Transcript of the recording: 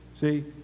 See